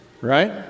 right